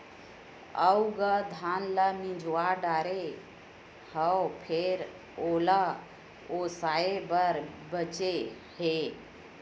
अउ गा धान ल मिजवा डारे हव फेर ओला ओसाय बर बाचे हे